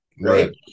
right